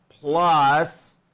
plus